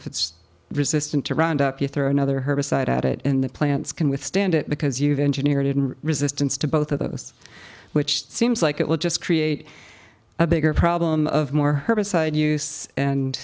if it's resistant to round up you throw another herbicide at it in the plants can withstand it because you've engineer didn't resistance to both of those which seems like it will just create a bigger problem of more herbicide use and